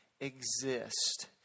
exist